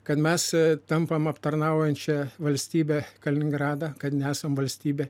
kad mes tampam aptarnaujančia valstybe kaliningradą kad nesam valstybė